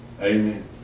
amen